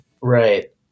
right